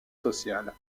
sociales